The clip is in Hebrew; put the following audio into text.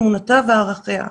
אמונתם וערכיהם.